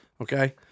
okay